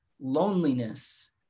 loneliness